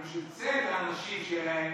אבל בשביל צל שיהיה לאנשים,